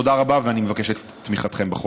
תודה רבה, ואני מבקש את תמיכתם בחוק.